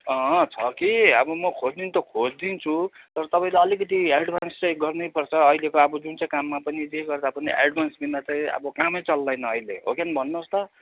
अँ छ कि अब म खोजिदिनु त खोजिदिन्छु तर तपाईँले अलिकति एड्भान्स चाहिँ गर्नै पर्छ अहिलेको अब जुन चाहिँ कामा पनि जे गर्दा पनि एड्भान्स बिना चाहिँ अब कामै चल्दैन अहिले हो कि होइन भन्नुहोस् त